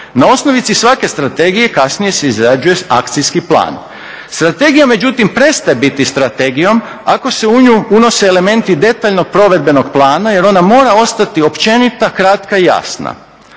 Na osnovici svake strategije kasnije se izrađuje akcijski plan. Strategija međutim prestaje biti strategijom ako se u nju unose elementi detaljnog provedbenog plana jer ona mora ostati općenita, kratka i jasna.